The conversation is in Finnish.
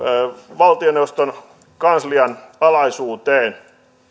valtioneuvoston kanslian alaisuuteen